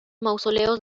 mausoleos